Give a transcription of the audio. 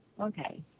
okay